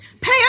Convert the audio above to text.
Pay